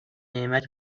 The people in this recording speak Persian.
نعمتی